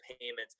payments